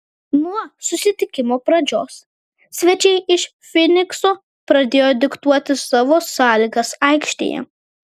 nuo susitikimo pradžios svečiai iš fynikso pradėjo diktuoti savo sąlygas aikštėje